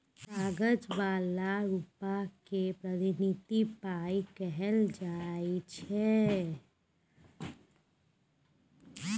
कागज बला रुपा केँ प्रतिनिधि पाइ कहल जाइ छै